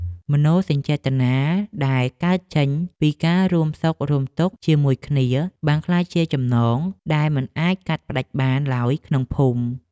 មនោសញ្ចេតនាដែលកើតចេញពីការរួមសុខរួមទុក្ខជាមួយគ្នាបានក្លាយជាចំណងដែលមិនអាចកាត់ផ្ដាច់បានឡើយក្នុងភូមិ។